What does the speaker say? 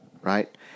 right